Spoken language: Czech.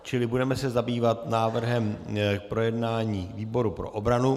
Čili budeme se zabývat návrhem na projednání výboru pro obranu.